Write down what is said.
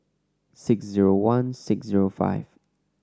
six zero one six zero five